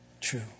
true